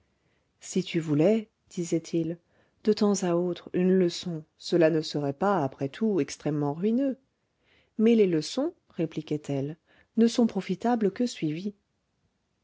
si tu voulais disait-il de temps à autre une leçon cela ne serait pas après tout extrêmement ruineux mais les leçons répliquait elle ne sont profitables que suivies